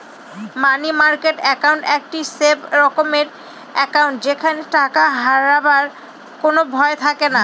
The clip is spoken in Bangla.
মানি মার্কেট একাউন্ট একটি সেফ রকমের একাউন্ট যেখানে টাকা হারাবার কোনো ভয় থাকেনা